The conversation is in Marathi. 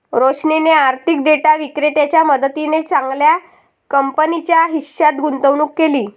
रोशनीने आर्थिक डेटा विक्रेत्याच्या मदतीने चांगल्या कंपनीच्या हिश्श्यात गुंतवणूक केली